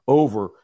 over